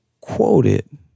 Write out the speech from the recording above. quoted